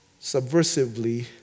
subversively